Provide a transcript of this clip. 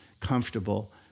comfortable